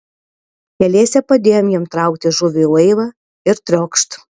keliese padėjom jam traukti žuvį į laivą ir triokšt